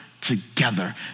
together